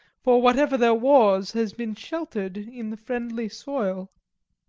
for whatever there was had been sheltered in the friendly soil.